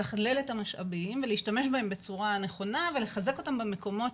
לתכלל את המשאבים ולהשתמש בהם בצורה נכונה ולחזק אותם במקומות